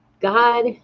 God